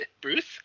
bruce